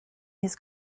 his